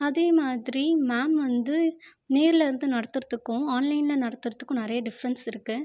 அதே மாதிரி மேம் வந்து நேரில் வந்து நடத்துகிறதுக்கும் ஆன்லைனில் நடத்துகிறதுக்கும் நிறைய டிஃப்ரன்ஸுருக்குது